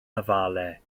afalau